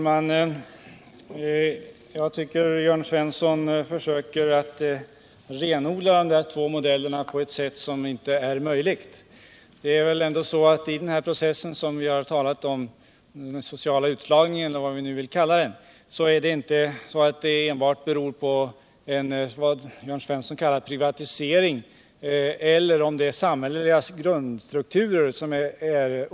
Herr talman! Jörn Svensson försöker renodla de här två modellerna på ett sätt som jag tycker inte är möjligt. Den process som vi har talat om — den sociala utslagningen, eller vad vi nu vill kalla den — beror inte antingen på vad Jörn Svensson kallar en privatisering eller på samhällets grundstruktur.